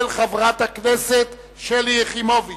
של חברת הכנסת שלי יחימוביץ,